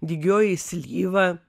dygioji slyva